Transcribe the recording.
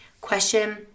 Question